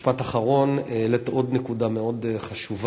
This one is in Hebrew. משפט אחרון: העלית עוד נקודה מאוד חשובה,